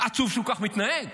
עצוב שהוא כך מתנהג.